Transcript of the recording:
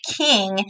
king